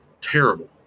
terrible